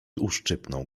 uszczypnął